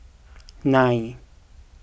nine